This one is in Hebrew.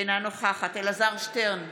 אינה נוכחת אלעזר שטרן,